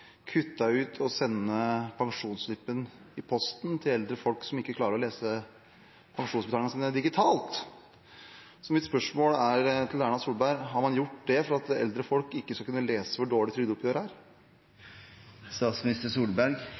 sende pensjonsslippen i posten til eldre folk som ikke klarer å lese pensjonsslippene sine digitalt. Mitt spørsmål til Erna Solberg er: Har man gjort det for at eldre folk ikke skal kunne lese hvor dårlig